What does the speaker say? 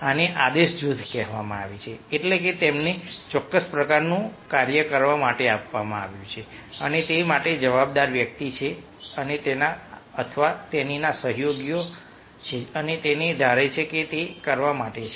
આને આદેશ જૂથ કહેવામાં આવે છે એટલે કે તેમને ચોક્કસ પ્રકારનું કાર્ય કરવા માટે આપવામાં આવ્યું છે અને તે માટે જવાબદાર વ્યક્તિ છે અને તેના અથવા તેણીના સહયોગીઓ છે અને તેઓ ધારે છે કે તે કરવા માટે છે